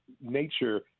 nature